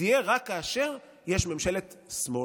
זה יהיה רק כאשר יש ממשלת שמאל.